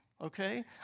okay